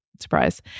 Surprise